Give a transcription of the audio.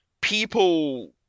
people